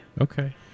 Okay